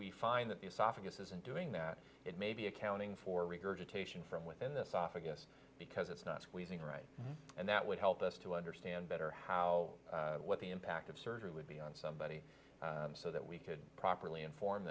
we find that the esophagus isn't doing that it may be accounting for regurgitation from within this off i guess because it's not squeezing right and that would help us to understand better how what the impact of surgery would be on somebody so that we could properly inform